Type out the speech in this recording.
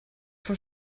vor